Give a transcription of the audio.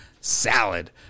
salad